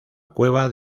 cueva